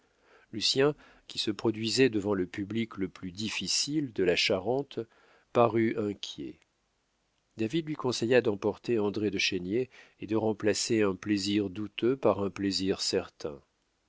familière lucien qui se produisait devant le public le plus difficile de la charente parut inquiet david lui conseilla d'emporter andré de chénier et de remplacer un plaisir douteux pour un plaisir certain